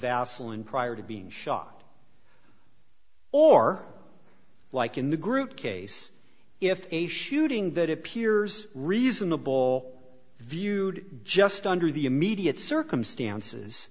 vaseline prior to being shot or like in the group case if a shooting that appears reasonable viewed just under the immediate circumstances